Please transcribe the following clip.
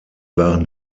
waren